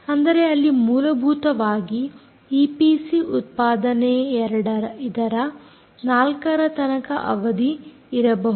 ಅಂದರೆ ಅಲ್ಲಿ ಮೂಲಭೂತವಾಗಿ ಈಪಿಸಿ ಉತ್ಪಾದನೆ 2 ಇದರ 4 ರ ತನಕ ಅವಧಿ ಇರಬಹುದು